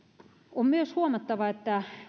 on myös huomattava että